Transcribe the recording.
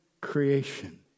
creation